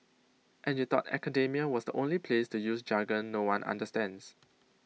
and you thought academia was the only place to use jargon no one understands